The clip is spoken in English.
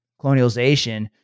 colonialization